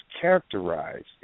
characterized